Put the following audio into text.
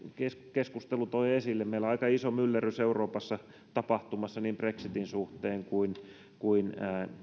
keskustelu toi esille meillä on tapahtumassa aika iso myllerrys euroopassa niin brexitin suhteen kuin kuin